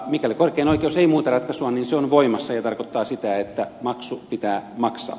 mikäli korkein oikeus ei muuta ratkaisuaan se on voimassa ja tarkoittaa sitä että maksu pitää maksaa